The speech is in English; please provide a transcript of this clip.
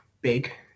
big